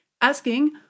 asking